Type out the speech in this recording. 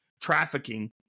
trafficking